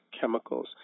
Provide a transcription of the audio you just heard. chemicals